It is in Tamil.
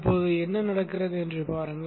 இப்போது என்ன நடக்கிறது என்று பாருங்கள்